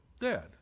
Dead